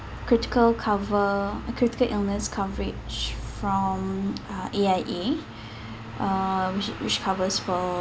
critical cover uh critical illness coverage from uh A_I_A uh which which covers for